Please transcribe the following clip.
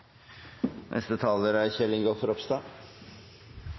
Neste taler er